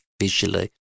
visually